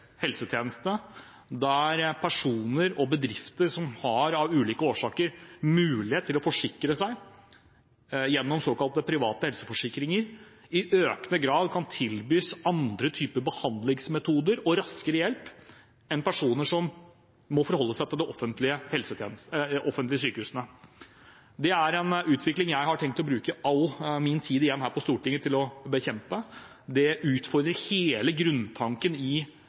helsetjeneste der personer og bedrifter som av ulike årsaker har mulighet til å forsikre seg gjennom såkalte private helseforsikringer, i økende grad kan tilbys andre typer behandlingsmetoder og raskere hjelp enn personer som må forholde seg til de offentlige sykehusene. Det er en utvikling jeg har tenkt å bruke all min tid igjen her på Stortinget til å bekjempe. Det utfordrer hele grunntanken i